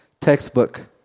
textbook